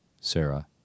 Sarah